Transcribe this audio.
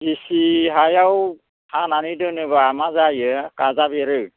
गिसि हायाव हानानै दोनोब्ला मा जायो गाजा बेरो